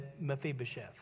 Mephibosheth